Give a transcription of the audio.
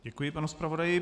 Děkuji panu zpravodaji.